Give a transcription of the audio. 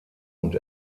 und